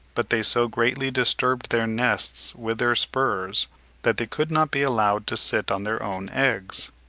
but they so greatly disturbed their nests with their spurs that they could not be allowed to sit on their own eggs.